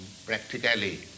practically